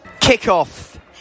Kickoff